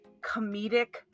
comedic